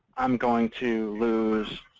i'm going to lose,